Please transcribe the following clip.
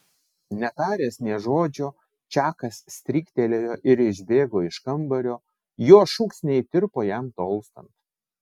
netaręs nė žodžio čakas stryktelėjo ir išbėgo iš kambario jo šūksniai tirpo jam tolstant